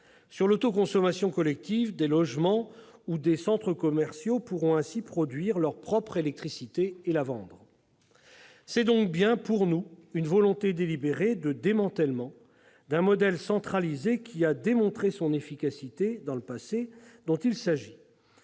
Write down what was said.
Sur l'autoconsommation collective, des logements ou des centres commerciaux pourront ainsi produire leur propre électricité et la vendre. Il y a donc bien, pour nous, volonté délibérée de démanteler un modèle centralisé ayant démontré son efficacité dans le passé, une sorte